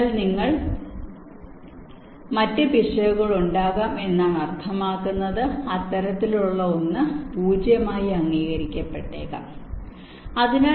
signal നിങ്ങൾ മറ്റ് ചില സർക്യൂട്ടുകൾക്ക് ഫീഡ് ചെയ്യുന്നെങ്കിൽ ഡീഗ്രേഡേഷൻ കാരണം പിശകുകൾ ഉണ്ടാകാം എന്നാണ് അർത്ഥമാക്കുന്നത് അത്തരത്തിലുള്ള ഒന്ന് 0 ആയി അംഗീകരിക്കപ്പെട്ടേക്കാം ശരി